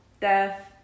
death